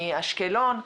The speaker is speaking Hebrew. מאשקלון,